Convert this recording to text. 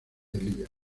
elías